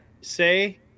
Say